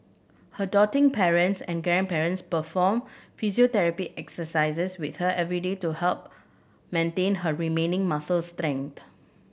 her doting parents and grandparents perform physiotherapy exercises with her every day to help maintain her remaining muscle strength